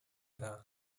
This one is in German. dar